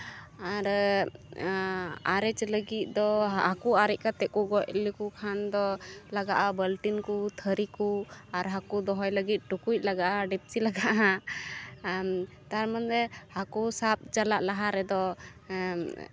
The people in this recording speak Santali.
ᱟᱨ ᱟᱨᱮᱡ ᱞᱟᱹᱜᱤᱫ ᱫᱚ ᱦᱟᱹᱠᱩ ᱟᱨᱮᱡ ᱠᱟᱛᱮᱫ ᱠᱚ ᱜᱚᱡ ᱞᱮᱠᱚ ᱠᱷᱟᱱ ᱫᱚ ᱞᱟᱜᱟᱜᱼᱟ ᱵᱟᱹᱞᱴᱤᱱ ᱠᱚ ᱛᱷᱟᱹᱨᱤ ᱠᱚ ᱟᱨ ᱦᱟᱹᱠᱩ ᱫᱚᱦᱚᱭ ᱞᱟᱹᱜᱤᱫ ᱴᱩᱠᱩᱡ ᱞᱟᱜᱟᱜᱼᱟ ᱰᱮᱠᱪᱤ ᱞᱟᱜᱟᱜᱼᱟ ᱛᱟᱨᱢᱟᱱᱮ ᱦᱟᱹᱠᱩ ᱥᱟᱵ ᱪᱟᱞᱟᱜ ᱞᱟᱦᱟ ᱨᱮᱫᱚ